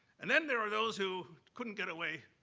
and then there are those who couldn't get away,